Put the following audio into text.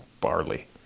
barley